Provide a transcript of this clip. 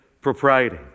propriety